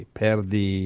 perdi